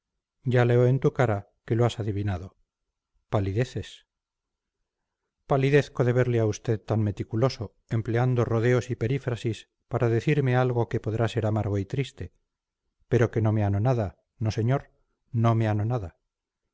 ya leo en tu cara que lo has adivinado palideces palidezco de verle a usted tan meticuloso empleando rodeos y perífrasis para decirme algo que podrá ser amargo y triste pero que no me anonada no señor no me anonada